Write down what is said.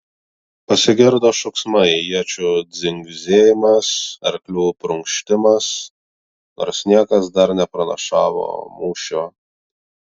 pasigirdo šūksmai iečių dzingsėjimas arklių prunkštimas nors niekas dar nepranašavo mūšio